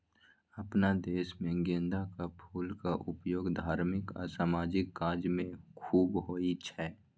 अपना देश मे गेंदाक फूलक उपयोग धार्मिक आ सामाजिक काज मे खूब होइ छै